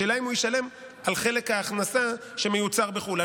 השאלה היא אם הוא ישלם על חלק ההכנסה שמיוצר בחו"ל.